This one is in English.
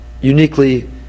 uniquely